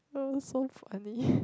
that was so funny